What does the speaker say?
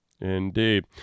Indeed